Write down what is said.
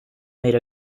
made